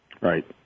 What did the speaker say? Right